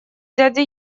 дяде